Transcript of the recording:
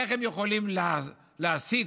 איך הם יכולים להסית,